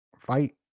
fight